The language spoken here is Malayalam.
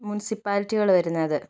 മുൻസിപ്പാലിറ്റികൾ വരുന്നത്